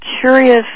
curious